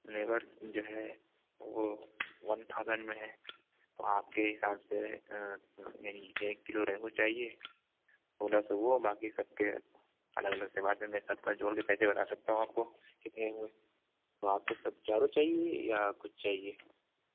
لیبرس جو ہے وہ ون تھاؤزینڈ میں ہے تو آپ كے حساب سے یعنی ایک کلو ریہو چاہیے سولہ سو وہ باقی سب کے الگ الگ سے بعد میں میں سب کا جوڑ کر پیسے بتا سکتا ہوں میں آپ کو کتنے ہوئے تو آپ کو سب چاروں چاہیے یا کچھ چاہیے